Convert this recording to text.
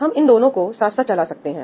हम इन दोनों को साथ साथ चला सकते हैं